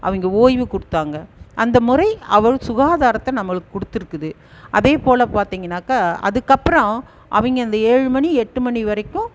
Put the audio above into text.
அவங்க ஓய்வு கொடுத்தாங்க அந்த முறை அவ்வளோ சுகாதாரத்தை நம்மளுக்கு கொடுத்துருக்குது அதேப்போல் பார்த்தீங்கன்னாக்கா அதுக்கு அப்புறம் அவங்க அந்த ஏழு மணி எட்டு மணி வரைக்கும்